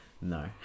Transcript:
no